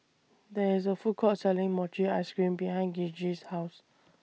There IS A Food Court Selling Mochi Ice Cream behind Gigi's House